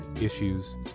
issues